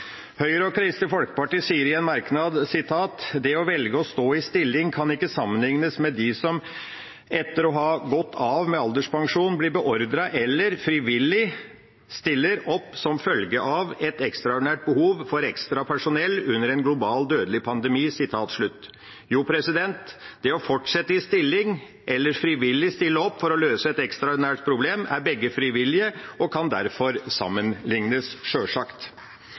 Høyre og Kristelig Folkeparti sier i en merknad at «å velge å stå videre i stilling ikke kan sammenlignes med de som etter å ha gått av med alderspensjon blir beordret eller frivillig stiller opp som følge av et ekstraordinært behov for ekstra personell under en global, dødelig pandemi». Jo, det å fortsette i stilling eller frivillig stille opp for å løse et ekstraordinært problem er begge frivillig og kan derfor sammenlignes – sjølsagt.